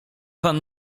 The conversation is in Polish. pan